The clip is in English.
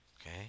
Okay